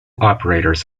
operators